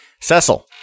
Cecil